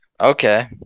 okay